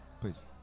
please